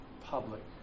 public